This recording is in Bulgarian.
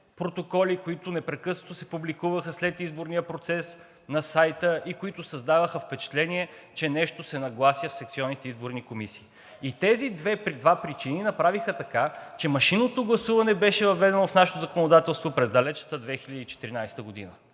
протоколи, които непрекъснато се публикуваха след изборния процес на сайта и които създаваха впечатление, че нещо се наглася в секционните изборни комисии. Тези две причини направиха така, че машинното гласуване беше въведено в нашето законодателство през далечната 2014 г.